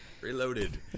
Reloaded